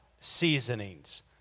seasonings